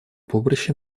поприще